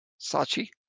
Sachi